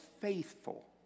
faithful